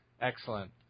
Excellent